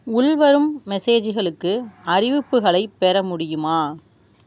உள்வரும் மெசேஜ்களுக்கு அறிவிப்புகளைப் பெற முடியுமா